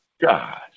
God